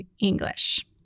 English